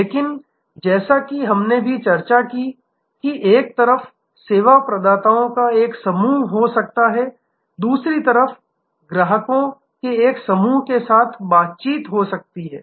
लेकिन जैसा कि हमने भी चर्चा की कि एक तरफ सेवा प्रदाताओं का एक समूह हो सकता है दूसरी तरफ ग्राहकों के एक समूह के साथ बातचीत हो सकती है